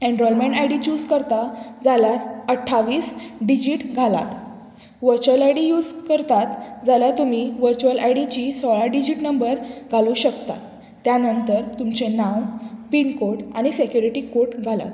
enrolment I D चूज करता जाल्यार अठ्ठावीस डिजीट घालात वर्च्युअल आयडी यूज करतात जाल्यार तुमी वर्च्युअल आय डी सोळा डिजीट नंबर घालूं शकता त्या नंतर तुमचें नांव पिनकोड आनी सेक्युरिटी कोड घालात